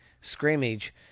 scrimmage